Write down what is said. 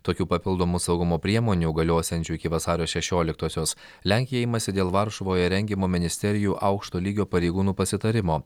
tokių papildomų saugumo priemonių galiosiančių iki vasario šešioliktosios lenkija imasi dėl varšuvoje rengiamo ministerijų aukšto lygio pareigūnų pasitarimo